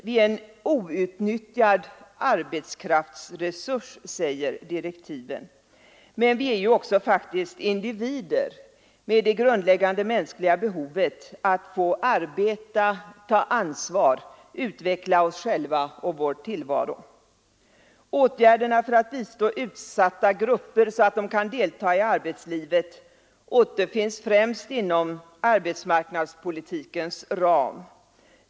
Vi är en outnyttjad arbetskraftsresurs, säger direktiven. Men vi är ju också faktiskt individer med det grundläggande mänskliga behovet att få arbeta, ta ansvar, utveckla oss själva och vår tillvaro. Åtgärderna för att bistå utsatta grupper så att de kan delta i arbetslivet återfinns främst inom arbetsmarknadspolitikens ram.